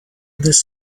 this